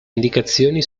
indicazioni